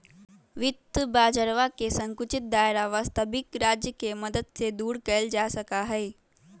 वित्त बाजरवा के संकुचित दायरा वस्तबिक राज्य के मदद से दूर कइल जा सका हई